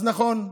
אז נכון,